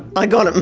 i got um